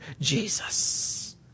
Jesus